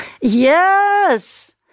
Yes